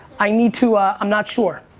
i need to i'm not sure.